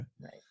Right